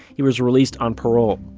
he was released on parole.